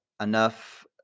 Enough